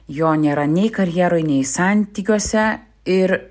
jo nėra nei karjeroj nei santykiuose ir